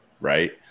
Right